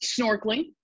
snorkeling